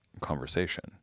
conversation